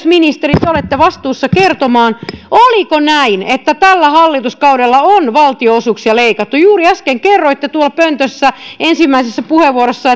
ministeri te olette vastuussa kertomaan oliko näin että tällä hallituskaudella on valtionosuuksia leikattu juuri äsken kerroitte tuolla pöntössä ensimmäisessä puheenvuorossa